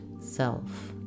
self